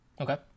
Okay